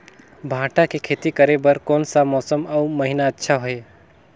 भांटा के खेती करे बार कोन सा मौसम अउ महीना अच्छा हे?